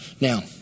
Now